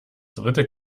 dritte